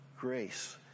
grace